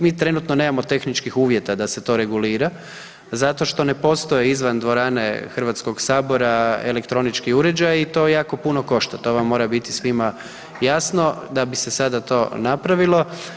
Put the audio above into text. Mi trenutno nemamo tehničkih uvjeta da se to regulira, zato što ne postoje izvan dvorane HS-a elektronički uređaji i to jako puno košta, to vam mora biti svima jasno da bi se sada to napravilo.